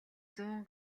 зуун